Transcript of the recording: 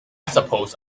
suppose